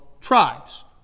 tribes